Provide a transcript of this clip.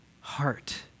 heart